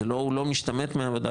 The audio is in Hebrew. הוא לא משתמט מעבודה,